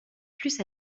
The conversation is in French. plus